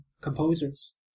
composers